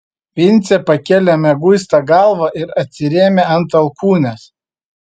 vincė pakėlė mieguistą galvą ir atsirėmė ant alkūnės